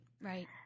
right